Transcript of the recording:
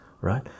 right